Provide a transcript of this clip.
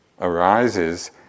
arises